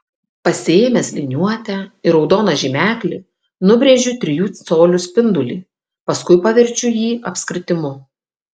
pasiėmęs liniuotę ir raudoną žymeklį nubrėžiu trijų colių spindulį paskui paverčiu jį apskritimu